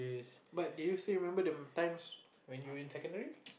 but do you still remember them times when you in secondary